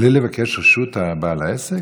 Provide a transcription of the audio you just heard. בלי לבקש את רשות בעל העסק?